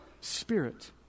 spirit